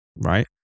right